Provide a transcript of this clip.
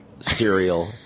cereal